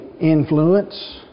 influence